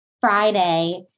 Friday